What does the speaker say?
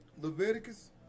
Leviticus